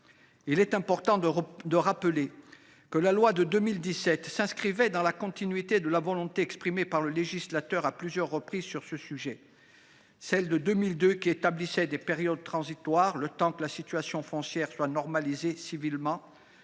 Il est important de rappeler que la loi de 2017 faisait suite à la volonté exprimée par le législateur à plusieurs reprises sur ce sujet. Celle de 2002 établissait des périodes transitoires, le temps que la situation foncière soit normalisée civilement.